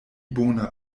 bona